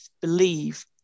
believe